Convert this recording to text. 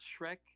Shrek